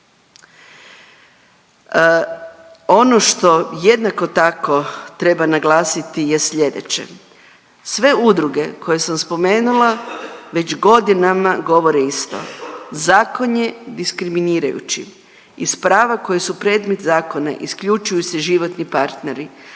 Ono što jednako tako treba naglasiti je slijedeće, sve udruge koje sam spomenula već godinama govore isto, zakon je diskriminirajući, iz prava koja su predmet zakona isključuju se životni partneri